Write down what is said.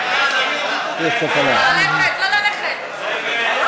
(32) ולחלופין א'